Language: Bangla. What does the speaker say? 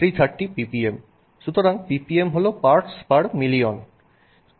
সুতরাং ppm হল পার্টস পার মিলিয়ন